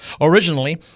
Originally